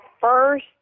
first